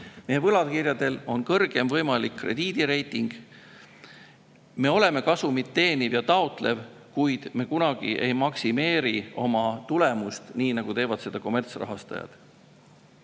Meie võlakirjadel on kõrgeim võimalik krediidireiting. Me oleme kasumit teeniv ja taotlev [institutsioon], kuid me kunagi ei maksimeeri oma tulemust, nii nagu teevad seda kommertsrahastajad.